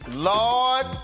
Lord